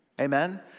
Amen